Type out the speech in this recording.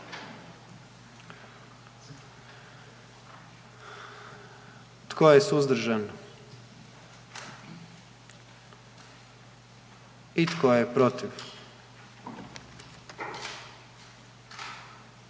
Tko je suzdržan? I tko je protiv?